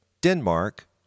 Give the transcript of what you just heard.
Denmark